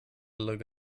look